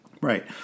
Right